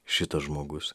šitas žmogus